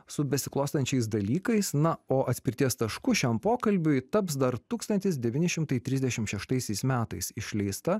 su besiklostančiais dalykais na o atspirties tašku šiam pokalbiui taps dar tūkstantis devyni šimtai trisdešimt šeštaisiais metais išleista